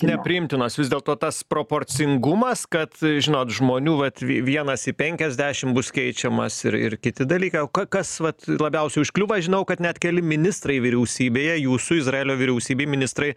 nepriimtinos vis dėlto tas proporcingumas kad žinot žmonių vat vi vienas į penkiasdešim bus keičiamas ir ir kiti dalykai o ka kas vat labiausiai užkliūva žinau kad net keli ministrai vyriausybėje jūsų izraelio vyriausybėj ministrai